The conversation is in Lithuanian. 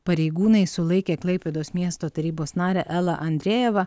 pareigūnai sulaikė klaipėdos miesto tarybos narę elą andrejevą